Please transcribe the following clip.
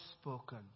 spoken